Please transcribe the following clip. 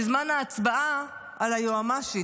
בזמן ההצבעה על היועמ"שית,